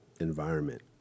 environment